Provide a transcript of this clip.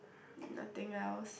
nothing else